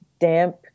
damp